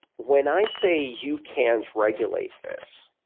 when i say you can't regulate this,